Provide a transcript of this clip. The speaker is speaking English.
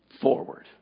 forward